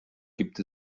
gibt